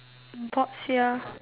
bored sia